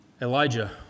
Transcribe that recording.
Elijah